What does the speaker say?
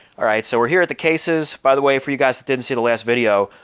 alright, so we're here at the cases by the way for you guys that didn't see the last video.